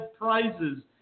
prizes